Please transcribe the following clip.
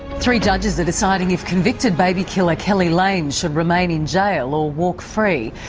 three judges are deciding if convicted baby killer keli lane should remain in jail or walk free.